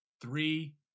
three